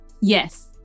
Yes